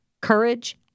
courage